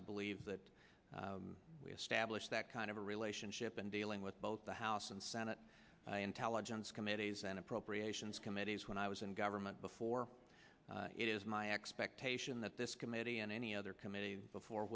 i believe that we established that kind of a relationship in dealing with both the house and senate intelligence committees and appropriations committees when i was in government before it is my expectation that this committee and any other committee before